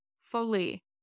fully